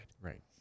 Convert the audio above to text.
Right